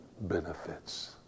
benefits